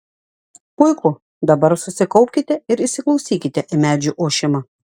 puiku dabar susikaupkite ir įsiklausykite į medžių ošimą